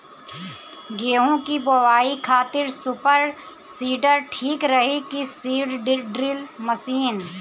गेहूँ की बोआई खातिर सुपर सीडर ठीक रही की सीड ड्रिल मशीन?